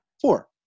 four